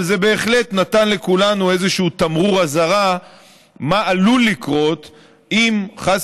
אבל זה בהחלט נתן לכולנו איזה תמרור אזהרה מה עלול לקרות אם חס